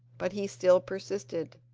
but he still persisted